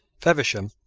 feversham,